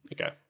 Okay